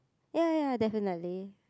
ya ya definitely